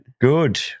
Good